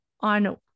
on